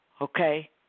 Okay